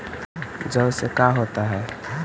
जौ से का होता है?